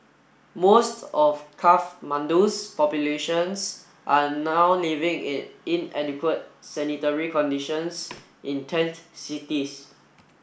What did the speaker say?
most of Kathmandu's populations are now living in inadequate sanitary conditions in tent cities